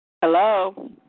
hello